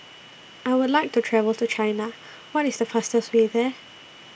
I Would like to travel to China What IS The fastest Way There